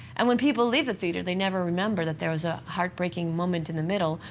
and when people leave the theater, they never remember that there was a heartbreaking moment in the middle,